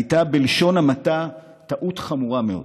הייתה, בלשון המעטה, טעות חמורה מאוד.